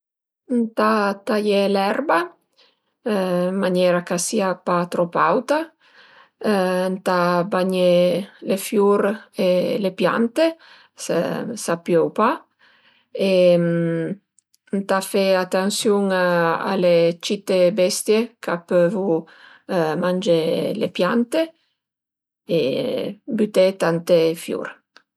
Êntà taié l'erba ën maniera ch'a sia pa trop auta ëntà bagné le fiur e le piante s'a piöu pa e ëntà fe atansiun a le cite bestie ch'a pövu mangé le piante e büté tante fiur